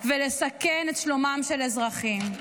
ולסכן את שלומם של אזרחים.